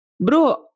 bro